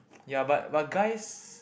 ya but but guys